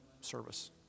service